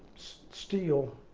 steel